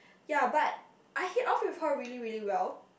ya but I hit off with her really really well